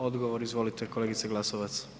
Odgovor izvolite kolegice Glasovac.